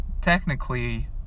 technically